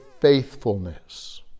faithfulness